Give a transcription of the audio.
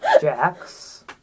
Jax